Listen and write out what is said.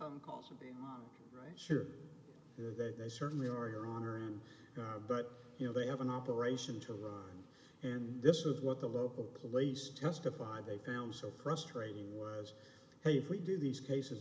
right sure that they certainly are your honor but you know they have an operation to run and this is what the local police testified they found so frustrating was hey if we do these cases